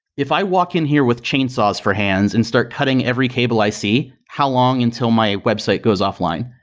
if i walk in here with chainsaws for hands and start cutting every cable i see, how long until my website goes offline?